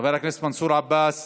חבר הכנסת מנסור עבאס,